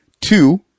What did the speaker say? Two